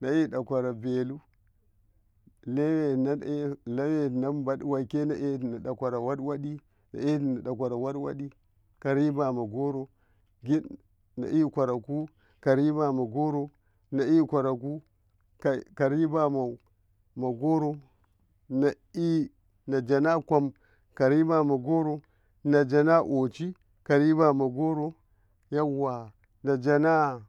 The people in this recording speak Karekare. naidakworo belu liwe no umbale leweno umbale lokesena a dokoro wa awadi karibama goro ginaikoraku ginaikoaraku karibama goro naaigoraku ka ribama goro naikwa najana kwam ko ribama goro najana kochit ka ribama goro yawa najana.